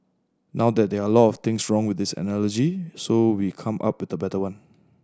now there there are a lot of things wrong with this analogy so we come up with better one